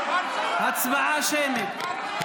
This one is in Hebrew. הצבעה שמית.